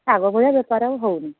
ଆଗ ଭଳିଆ ବେପାର ଆଉ ହେଉନାହିଁ